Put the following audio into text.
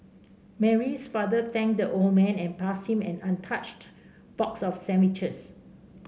Mary's father thanked the old man and passed him an untouched box of sandwiches